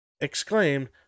exclaimed